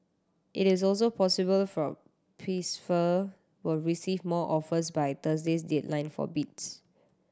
it is also possible for Pfizer will receive more offers by Thursday's deadline for bids